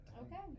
Okay